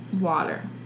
Water